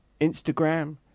Instagram